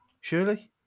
surely